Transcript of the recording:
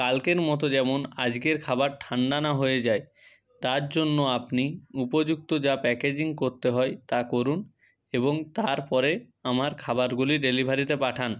কালকের মতো যেমন আজকের খাবার ঠান্ডা না হয়ে যায় তার জন্য আপনি উপযুক্ত যা প্যাকেজিং করতে হয় তা করুন এবং তারপরে আমার খাবারগুলি ডেলিভারিতে পাঠান